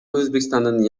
өзбекстандын